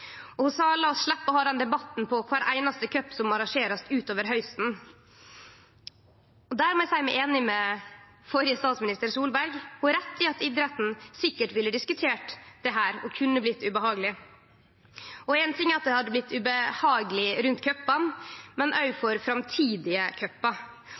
pandemien. Ho sa: Lat oss sleppe å ha den debatten på kvart einaste cup som blir arrangert utover hausten. Der må eg seie meg einig med den førre statsministeren, Solberg. Ho har rett i at idretten sikkert ville diskutert dette, og at det kunne blitt ubehageleg. Ein ting er at det hadde blitt ubehageleg rundt cupane, men